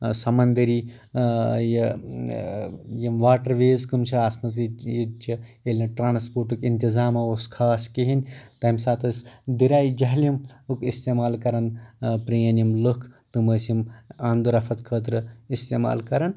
سمنٛدٔری یہِ یِم waterways کٕمۍ چھِ آسمژٕ یت یتچہِ ییٚلہِ نہٕ ترنسپوٹُک انتطامہ اوس خاص کہیٖنٛۍ تمہِ ساتہٕ ٲسۍ دٔریاے جہلمُک استعمال کران پرٛٲنۍ یِم لُکھ تِم أسۍ یِم آمدورفت خٲطرٕ استعمال کران